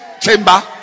chamber